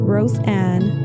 Roseanne